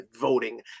voting